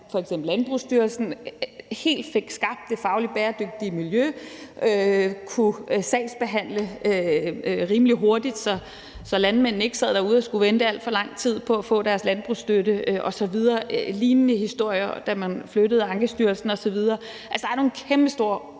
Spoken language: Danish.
forbindelse med Landbrugsstyrelsen, helt fik skabt det fagligt bæredygtige miljø, og før man kunne sagsbehandle rimelig hurtigt, så landmændene ikke sad derude og skulle vente alt for lang tid på at få deres landbrugsstøtte osv. Der har været lignende historier, f.eks. da man flyttede Ankestyrelsen osv. Der er nogle kæmpestore